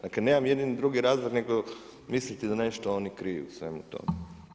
Dakle, nemam ni jedan drugi razlog nego misliti da nešto oni kriju u svemu tome.